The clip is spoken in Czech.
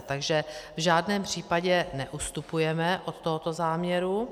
Takže v žádném případě neustupujeme od tohoto záměru.